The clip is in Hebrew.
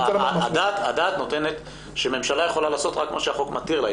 הדת נותנת שממשלה יכולה לעשות רק מה שהחוק מתיר לה.